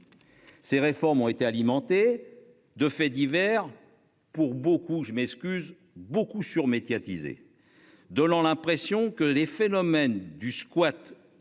Ces réformes ont été alimentées de faits divers. Pour beaucoup, je m'excuse beaucoup sur médiatisée de l'an, l'impression que les phénomènes du squat et